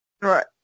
Right